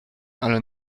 ale